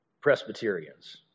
Presbyterians